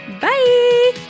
Bye